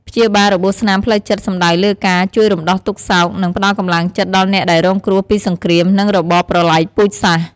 ព្យាបាលរបួសស្នាមផ្លូវចិត្តសំដៅលើការ ជួយរំដោះទុក្ខសោក និងផ្តល់កម្លាំងចិត្តដល់អ្នកដែលរងគ្រោះពីសង្គ្រាម និងរបបប្រល័យពូជសាសន៍។